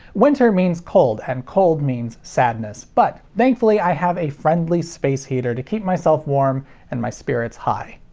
winter means cold and cold means sadness. but thankfully, i have a friendly space heater to keep myself warm and my spirits high.